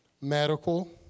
medical